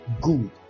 Good